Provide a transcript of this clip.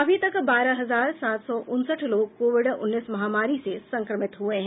अभी तक बारह हजार सात सौ उनसठ लोग कोविड उन्नीस महामारी से संक्रमित हुए हैं